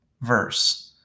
verse